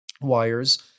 wires